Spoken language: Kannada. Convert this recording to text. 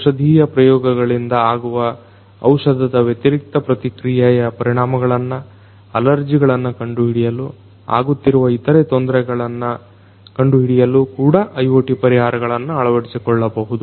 ಔಷಧಿಯ ಪ್ರಯೋಗಗಳಿಂದ ಆಗುವ ಔಷಧದ ವ್ಯತಿರಿಕ್ತ ಪ್ರತಿಕ್ರೀಯೆಯ ಪರಿಣಾಮಗಳನ್ನ ಅಲರ್ಜಿಗಳನ್ನ ಕಂಡುಹಿಡಿಯಲು ಆಗುತ್ತಿರುವ ಇತರೆ ತೊಂದರೆಗಳನ್ನ ಕಂಡುಹಿಡಿಯಲು ಕೂಡ IoT ಪರಿಹಾರಗಳನ್ನ ಅಳವಡಿಸಿಕೊಳ್ಳಬಹುದು